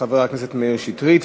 חבר הכנסת מאיר שטרית,